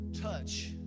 Touch